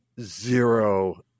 zero